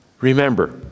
remember